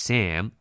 Sam